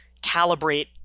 calibrate